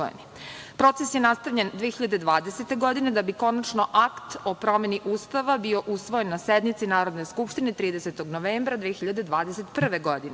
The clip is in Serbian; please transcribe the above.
Proces je nastavljen 2020. godine da bi konačno Akt o promeni Ustava bio usvojen na sednici Narodne skupštine 30. novembra 2021. godine. Veoma